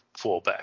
fallback